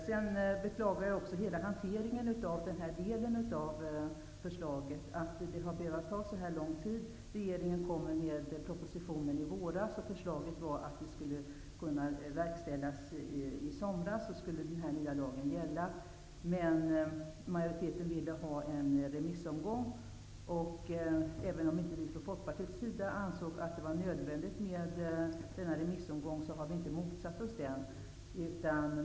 Jag beklagar hela hanteringen av den här delen av förslaget -- att det har behövt ta så lång tid. Regeringen lade fram en proposition i våras. Förslaget var att man skulle kunna verkställa det här i somras så att den nya lagen skulle börja gälla. Majoriteten ville ha en remissomgång. Även om vi från Folkpartiet inte ansåg att det var nödvändigt med en sådan remissomgång motsatte vi oss inte den.